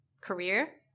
career